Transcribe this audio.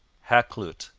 hakluyt,